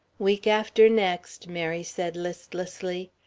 week after next, mary said listlessly.